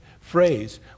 phrase